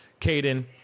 Caden